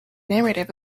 narrative